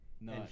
no